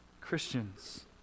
Christians